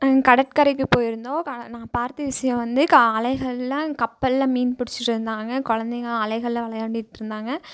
நாங்கள் கடற்கரைக்குப் போயிருந்தோம் க நான் பார்த்த விஷயம் வந்து கா அலைகளில் கப்பல்ல மீன் பிடிச்சிட்டு இருந்தாங்க குழந்தைங்க அலைகளில் விளையாடிட்டு இருந்தாங்க